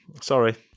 sorry